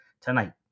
tonight